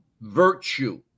virtue